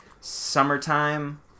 summertime